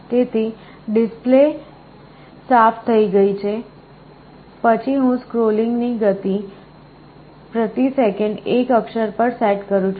તેથી ડિસ્પ્લે સાફ થઈ ગઈ છે પછી હું સ્ક્રોલિંગની ગતિ પ્રતિ સેકંડ એક અક્ષર પર સેટ કરું છું